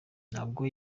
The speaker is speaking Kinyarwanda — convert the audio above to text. nabwo